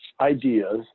ideas